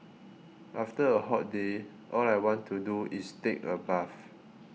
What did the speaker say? after a hot day all I want to do is take a bath